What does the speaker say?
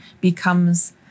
becomes